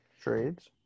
Trades